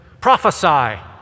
prophesy